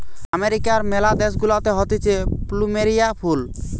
আমেরিকার ম্যালা দেশ গুলাতে হতিছে প্লুমেরিয়া ফুল